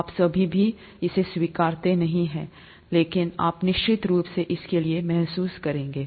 आप अभी भी इसे स्वीकारते नहीं हैं लेकिन आप निश्चित रूप से इसके लिए महसूस करेंगे